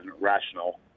rational